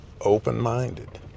open-minded